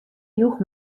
joech